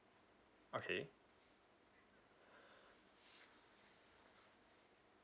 okay